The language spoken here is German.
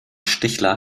stichler